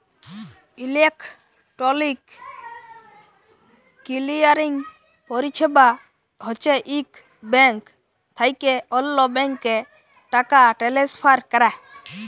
electronic clearing পরিছেবা হছে ইক ব্যাংক থ্যাইকে অল্য ব্যাংকে টাকা টেলেসফার ক্যরা